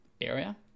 area